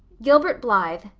gilbert blythe,